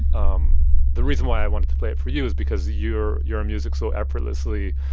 um the reason why i wanted to play it for you is because your your music so effortlessly